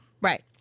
Right